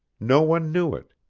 no one knew it.